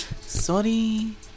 sorry